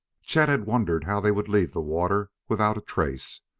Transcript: chet had wondered how they would leave the water without trace,